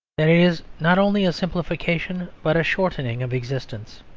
that it is not only a simplification but a shortening of existence.